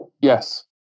Yes